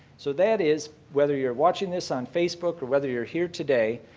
so that is whether you're watching this on facebook or whether you're here today,